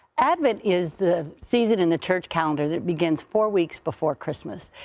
advent is the season in the church calendar that begins four weeks before christmas.